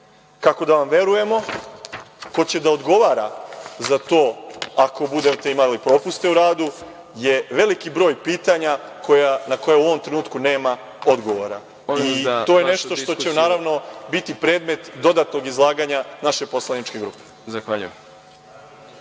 Kako da vam verujemo, ko će da odgovara za to ako budete imali propuste u radu, to je veliki broj pitanja na koja u ovom trenutku nema odgovora. To je nešto što će naravno biti predmet dodatnog izlaganja naše poslaničke grupe.